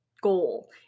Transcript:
goal